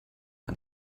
war